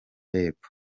y’epfo